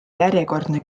järjekordne